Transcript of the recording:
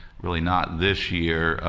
really not this year,